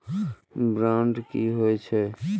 Bond की होई छै?